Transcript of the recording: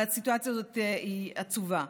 והסיטואציה הזאת היא עצובה.